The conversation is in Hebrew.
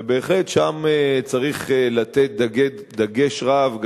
ובהחלט שם צריך לתת דגש רב,